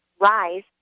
Rise